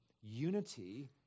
unity